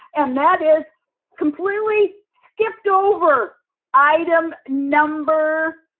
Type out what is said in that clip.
and that is completely skipped over item number,